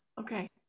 Okay